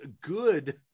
good